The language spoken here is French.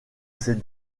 ces